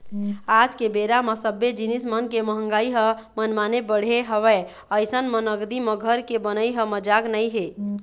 आज के बेरा म सब्बे जिनिस मन के मंहगाई ह मनमाने बढ़े हवय अइसन म नगदी म घर के बनई ह मजाक नइ हे